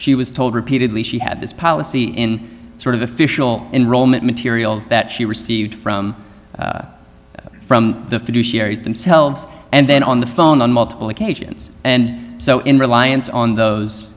she was told repeatedly she had this policy in sort of official enrollment materials that she received from from the fiduciaries themselves and then on the phone on multiple occasions and so in reliance on those